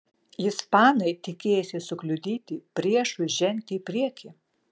ispanai tikėjosi sukliudyti priešui žengti į priekį